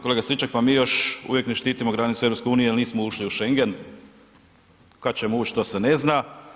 Kolega Stričak, pa još uvijek ne štitimo granice EU jel nismo ušli u Šengen, kad ćemo ući to se ne zna.